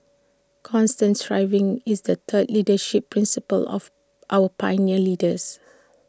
constant striving is the third leadership principle of our pioneer leaders